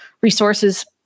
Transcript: resources